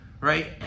right